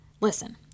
Listen